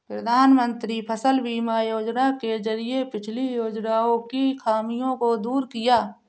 प्रधानमंत्री फसल बीमा योजना के जरिये पिछली योजनाओं की खामियों को दूर किया